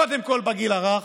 קודם כול בגיל הרך,